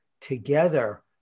together